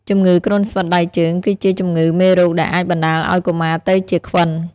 ជម្ងឺគ្រុនស្វិតដៃជើងគឺជាជំងឺមេរោគដែលអាចបណ្តាលឱ្យកុមារទៅជាខ្វិន។